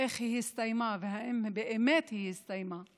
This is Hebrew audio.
איך היא הסתיימה ואם באמת היא הסתיימה,